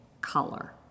color